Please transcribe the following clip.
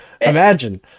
Imagine